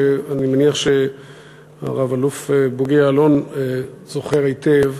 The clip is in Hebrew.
ואני מניח שרב-אלוף בוגי יעלון זוכר היטב.